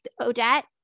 Odette